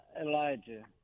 Elijah